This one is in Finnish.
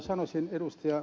sanoisin ed